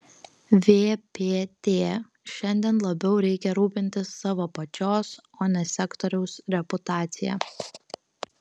vpt šiandien labiau reikia rūpintis savo pačios o ne sektoriaus reputacija